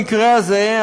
במקרה הזה,